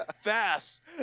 fast